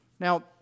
Now